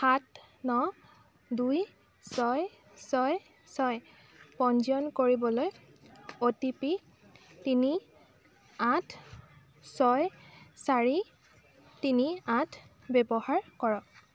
সাত ন দুই ছয় ছয় ছয় পঞ্জীয়ন কৰিবলৈ অ' টি পি তিনি আঠ ছয় চাৰি তিনি আঠ ব্যৱহাৰ কৰক